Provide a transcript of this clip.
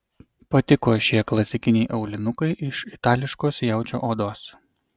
patiko šie klasikiniai aulinukai iš itališkos jaučio odos